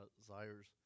desires